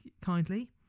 kindly